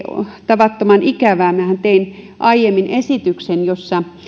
tavattoman ikävää minähän tein aiemmin esityksen